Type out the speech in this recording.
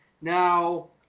Now